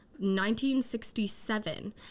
1967